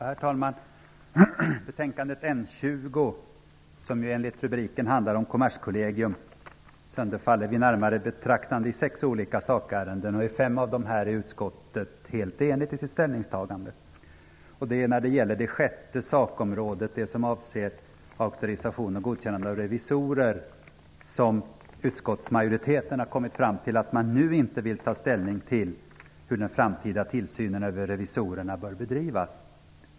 Herr talman! Betänkande NU20 som enligt rubriken handlar om Kommerskollegium sönderfaller vid närmare betraktande i sex olika sakärenden. I fem av dessa är utskottet helt enigt i sitt ställningstagande. Det är när det gäller det sjätte sakområdet, det som avser auktorisation och godkännande av revisorer, som utskottsmajoriteten har kommit fram till att man nu inte vill ta ställning till hur den framtida tillsynen över revisorerna bör bedrivas.